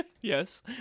Yes